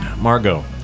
Margot